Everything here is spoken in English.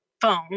Phone